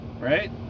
right